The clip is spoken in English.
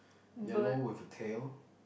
yellow with tail